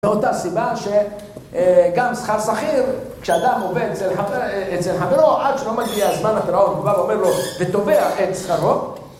מאותה סיבה שגם שכר שכיר, כשאדם עובד אצל חברו, עד שלא מגיע זמן הפירעון, הוא בא ואומר לו ותובע את שכרו